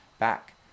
back